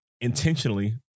Intentionally